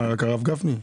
מה, רק הרב גפני?